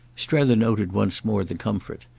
strether noted once more the comfort,